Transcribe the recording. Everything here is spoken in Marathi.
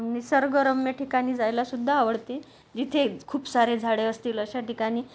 निसर्गरम्य ठिकाणी जायलासुद्धा आवडते जिथे खूप सारे झाडं असतील अशा ठिकाणी